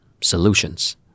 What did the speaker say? solutions